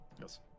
Yes